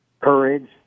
courage